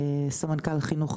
סמנכ"ל חינוך,